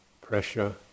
pressure